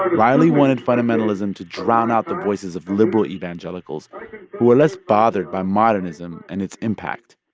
ah riley wanted fundamentalism to drown out the voices of liberal evangelicals who were less bothered by modernism and its impact.